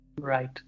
right